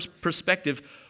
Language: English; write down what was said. perspective